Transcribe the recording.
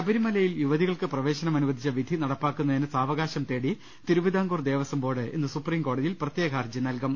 ശബരിമലയിൽ യുവതികൾക്ക് പ്രവേശനം അനുവ ദിച്ച വിധി നടപ്പാക്കുന്നതിന് സാവകാശം തേടി തിരുവിതാംകൂർ ദേവസംബോർഡ് ഇന്ന് സുപ്രീംകോ ടതിയിൽ പ്രത്യേക ഹർജി നല്കും